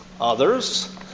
others